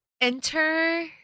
Enter